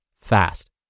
fast